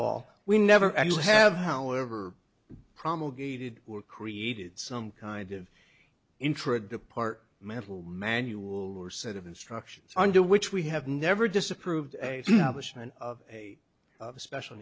all we never actually have however promulgated were created some kind of intrade depart mental manual or set of instructions under which we have never disapproved of a of a special